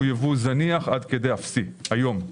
הוא ייבוא זניח עד אפסי היום.